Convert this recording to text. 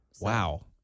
Wow